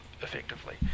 effectively